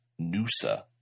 Nusa